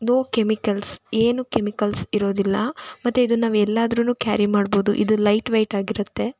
no chemicals ಏನೂ chemicals ಇರೋದಿಲ್ಲ ಮತ್ತು ಇದನ್ನು ನಾವು ಎಲ್ಲಾದ್ರೂ ಕ್ಯಾರಿ ಮಾಡ್ಬೌದು ಇದು ಲೈಟ್ ವೆಯ್ಟ್ ಆಗಿರುತ್ತೆ